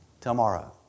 tomorrow